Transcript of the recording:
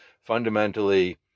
fundamentally